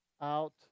out